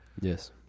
Yes